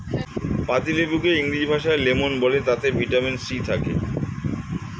পাতিলেবুকে ইংরেজি ভাষায় লেমন বলে তাতে ভিটামিন সি থাকে